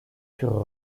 furent